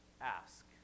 ask